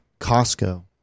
Costco